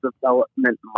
development